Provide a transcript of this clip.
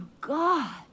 God